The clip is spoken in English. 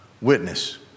witness